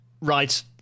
Right